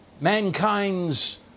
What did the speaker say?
mankind's